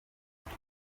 niyo